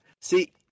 see